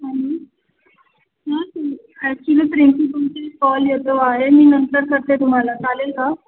हां ऍक्च्युली प्रिंसिपॉलचा कॉल येतो आहे मी नंतर करते तुम्हाला चालेल का